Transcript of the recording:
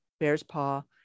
Bearspaw